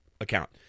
account